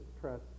press